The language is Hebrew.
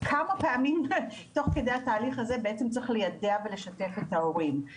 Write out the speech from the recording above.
כמה פעמים תוך כדי התהליך הזה צריך ליידע ולשתף את ההורים.